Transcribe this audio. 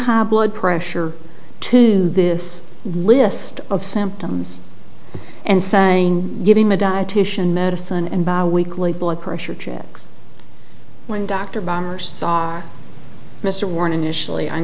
high blood pressure to this list of symptoms and saying give him a dietician medicine and bi weekly blood pressure checks when dr bomber saw our mr warren initially on